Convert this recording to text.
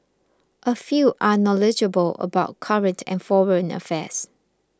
a few are knowledgeable about current and foreign affairs